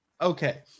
okay